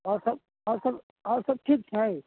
आओर सभ आओर सभ आओर सभ ठीक छै